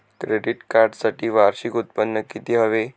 Credit कार्डसाठी वार्षिक उत्त्पन्न किती हवे?